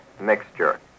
mixture